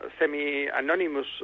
semi-anonymous